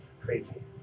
crazy